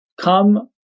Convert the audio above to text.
come